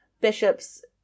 Bishop's